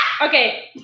Okay